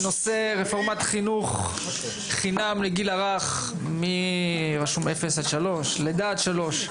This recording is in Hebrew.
בנושא רפורמת חינוך חינם לגיל הרך מלידה עד שלוש.